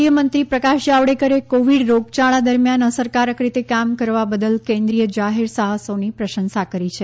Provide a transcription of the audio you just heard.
કેન્દ્રીય મંત્રી પ્રકાશ જાવડેકરે કોવિડ રોગયાળા દરમિયાન અસરકારક રીતે કામ કરવા બદલ કેન્દ્રીય જાહેર સાહસોની પ્રશંસા કરી છે